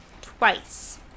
twice